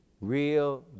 real